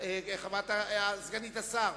שר